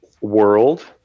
world